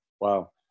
Wow